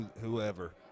whoever